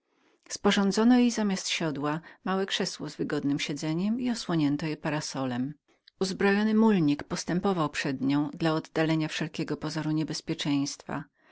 sporządzono jej zamiast siodła małe krzesełko z wygodnem siedzeniem i osłoniono je parasolem uzbrojony mulnik postępował przed nią dla oddalenia wszelkiego pozoru niebezpieczeństwa